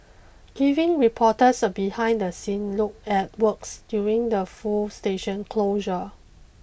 giving reporters a behind the scene look at works during the full station closure